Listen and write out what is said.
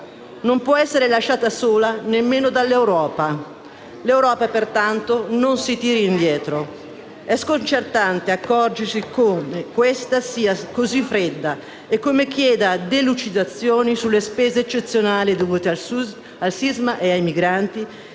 Non può essere lasciata sola nemmeno dall'Europa: l'Europa, pertanto, non si tiri indietro. È sconcertante accorgersi come essa sia così fredda e come chieda delucidazioni sulle spese eccezionali dovute al sisma e ai migranti,